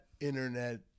Internet